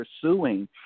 pursuing